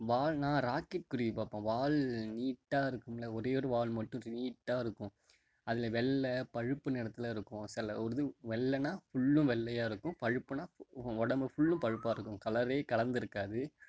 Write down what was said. வால் நான் ராக்கெட் குருவி பார்ப்பேன் வால் நீட்டாக இருக்கும்ல ஒரேயொரு வால் மட்டும் நீட்டாக இருக்கும் அதில் வெள்ளை பழுப்பு நிறத்துல இருக்கும் சில ஒரு இது வெள்ளைன்னா ஃபுல்லும் வெள்ளையாக இருக்கும் பழுப்புன்னா உடம்பு ஃபுல்லும் பழுப்பாக இருக்கும் கலரே கலந்து இருக்காது